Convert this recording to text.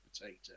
potato